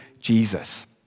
Jesus